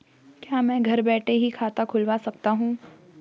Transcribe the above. क्या मैं घर बैठे ही खाता खुलवा सकता हूँ?